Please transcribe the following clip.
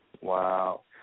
Wow